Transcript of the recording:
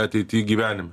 ateity gyvenime